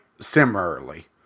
similarly